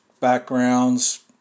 backgrounds